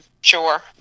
sure